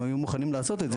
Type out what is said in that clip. הם היו מוכנים לעשות את זה,